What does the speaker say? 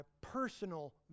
personal